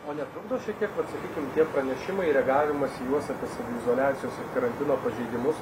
o netrukdo šiek tiek vat sakykim tie pranešimai reagavimas į juos apie saviizoliacijos ir karantino pažeidimus